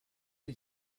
did